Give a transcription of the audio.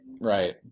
right